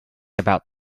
about